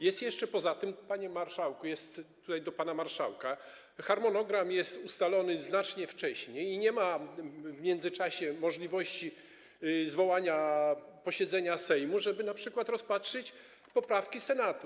Jest jeszcze poza tym, panie marszałku - to jest do pana marszałka - kwestia tego, że harmonogram jest ustalony znacznie wcześniej i nie ma w międzyczasie możliwości zwołania posiedzenia Sejmu, żeby np. rozpatrzeć poprawki Senatu.